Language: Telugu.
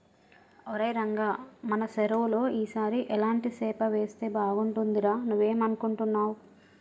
ఒరై రంగ మన సెరువులో ఈ సారి ఎలాంటి సేప వేస్తే బాగుంటుందిరా నువ్వేం అనుకుంటున్నావ్